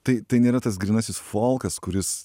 tai tai nėra tas grynasis folkas kuris